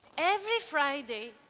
every friday,